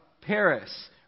Paris